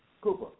Cooper